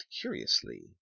curiously